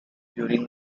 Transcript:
during